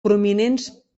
prominents